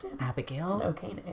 Abigail